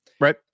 Right